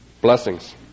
Blessings